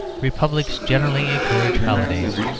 republics generally encourage holidays.